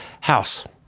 house